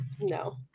No